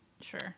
sure